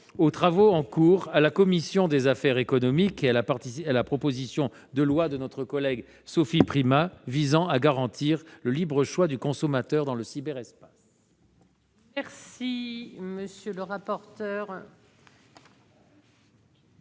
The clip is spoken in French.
aux travaux en cours de la commission des affaires économiques et à la proposition de loi de notre collègue Sophie Primas visant à garantir le libre choix du consommateur dans le cyberespace.